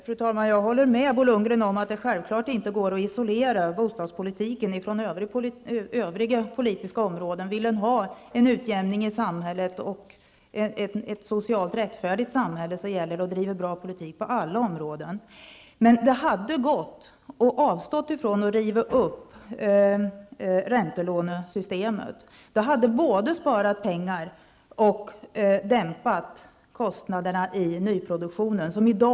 Fru talman! Jag håller med Bo Lundgren om att det självfallet inte går att isolera bostadspolitiken från övriga politiska områden. Om man vill ha en utjämning i samhället och om man vill ha ett socialt rättfärdigt samhälle gäller det att driva en bra politik på alla områden. Men det hade varit möjligt att avstå från att riva upp räntelånesystemet. Då hade pengar sparats. Dessutom hade kostnadsutvecklingen vad gäller nyproduktionen av bostäder dämpats.